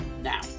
Now